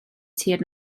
tir